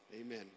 Amen